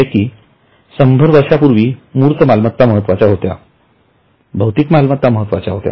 जसे की १०० वर्षांपूर्वी मूर्त मालमत्ता अधिक महत्वाच्या होत्या